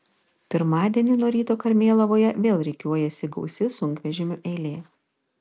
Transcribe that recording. pirmadienį nuo ryto karmėlavoje vėl rikiuojasi gausi sunkvežimių eilė